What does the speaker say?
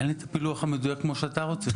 אין לי את הפילוח המדויק כמו שאתה רוצה.